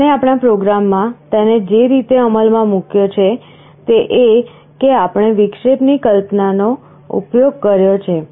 આપણે આપણા પ્રોગ્રામમાં તેને જે રીતે અમલમાં મૂક્યો છે તે એ કે આપણે વિક્ષેપની કલ્પનાનો ઉપયોગ કર્યો છે